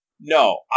No